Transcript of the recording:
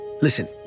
Listen